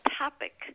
topic